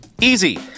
Easy